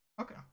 Okay